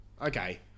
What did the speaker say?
okay